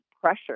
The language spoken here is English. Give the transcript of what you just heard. pressure